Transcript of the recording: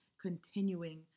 Continuing